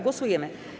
Głosujemy.